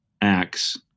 acts